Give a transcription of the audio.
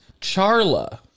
Charla